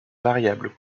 variables